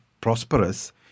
prosperous